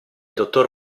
dottor